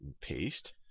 paste